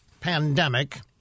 pandemic